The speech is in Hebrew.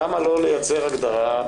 למה לא לייצר הגדרה?